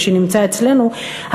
שנמצא אצלנו,